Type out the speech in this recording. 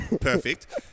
Perfect